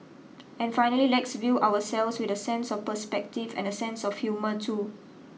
and finally let's view ourselves with a sense of perspective and a sense of humour too